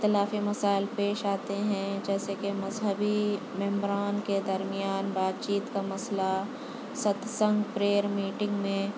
اختلافی مسائل پیش آتے ہیں جیسے کہ مذہبی ممبران کے درمیان بات چیت کا مسئلہ ست سنگ پریئر میٹنگ میں